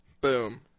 Boom